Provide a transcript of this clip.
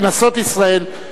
כנסות ישראל,